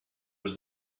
was